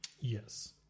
yes